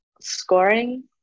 scoring